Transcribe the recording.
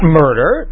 murder